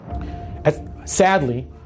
Sadly